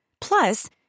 Plus